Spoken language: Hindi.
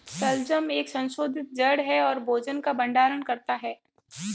शलजम एक संशोधित जड़ है और भोजन का भंडारण करता है